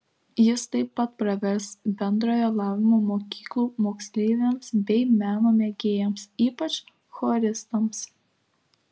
jis taip pat pravers bendrojo lavinimo mokyklų moksleiviams bei meno mėgėjams ypač choristams